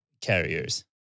carriers